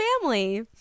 family